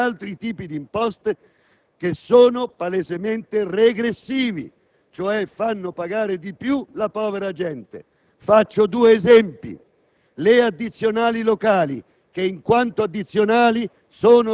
La piccola iniezione di progressività che si ha attraverso la manovra dell'IRPEF per una fascia di reddito compresa soltanto tra 1.000 e 1.500 euro netti al mese